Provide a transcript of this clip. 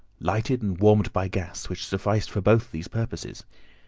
lighted and warmed by gas, which sufficed for both these purposes.